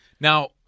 Now –